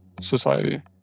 society